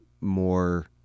more